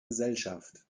gesellschaft